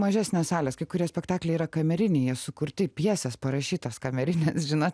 mažesnės salės kai kurie spektakliai yra kamerinėje sukurti pjeses parašytos kamerinė žinot